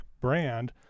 brand